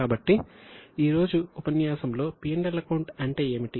కాబట్టి ఈ రోజు ఉపన్యాసంలో P L అకౌంట్ అంటే ఏమిటి